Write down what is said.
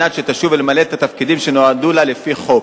שתשוב למלא את התפקידים שנועדו לה לפי חוק,